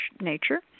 nature